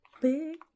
big